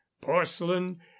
porcelain